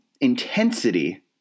intensity